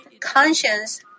conscience